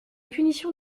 punitions